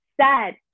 sad